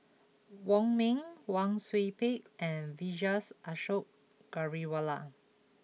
Wong Ming Wang Sui Pick and Vijesh Ashok Ghariwala